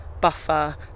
buffer